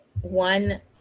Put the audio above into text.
one